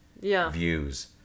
views